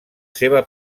seva